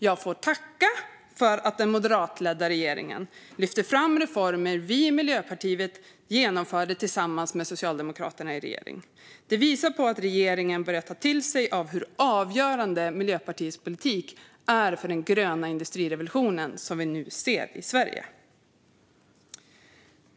Jag får tacka för att den moderatledda regeringen lyfter fram reformer vi i Miljöpartiet genomförde tillsammans med Socialdemokraterna i regering. Det visar på att regeringen börjar ta till sig av hur avgörande Miljöpartiets politik är för den gröna industrirevolutionen i Sverige.